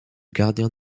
gardien